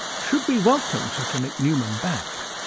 should we welcome such an ichneumon back?